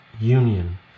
union